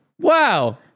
Wow